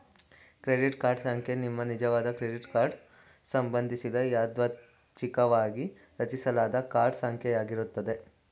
credit card ಸಂಖ್ಯೆ ನಿಮ್ಮನಿಜವಾದ credit card ಸಂಬಂಧಿಸಿದ ಯಾದೃಚ್ಛಿಕವಾಗಿ ರಚಿಸಲಾದ ಕಾರ್ಡ್ ಸಂಖ್ಯೆ ಯಾಗಿರುತ್ತೆ